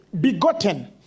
begotten